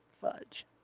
Fudge